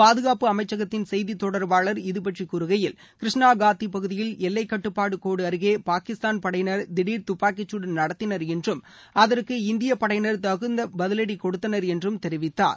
பாதுகாப்பு அமைச்சகத்தின் செய்தி தொடர்பாளர் இது பற்றி கூறுகையில் கிருஷ்ணாகட்டி பகுதியில் எல்லை கட்டுப்பாடு கோடு அருகே பாகிஸ்தான் படையினர் திடர் தப்பாக்கிச்சூடு நடத்தினர் என்றும் அதற்கு இந்திய படையினர் தகுந்த பதிலடி கொடுத்தனர் என்றும் தெரிவித்தார்